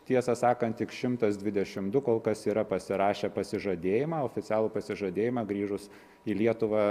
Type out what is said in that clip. tiesą sakant tik šimtas dvidešimt du kol kas yra pasirašę pasižadėjimą oficialų pasižadėjimą grįžus į lietuvą